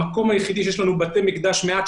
המקום היחיד שיש לנו בתי מקדש מעט,